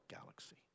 galaxy